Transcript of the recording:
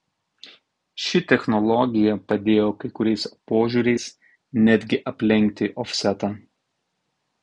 ši technologija padėjo kai kuriais požiūriais netgi aplenkti ofsetą